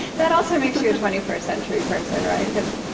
that also makes you twenty first century person, right? because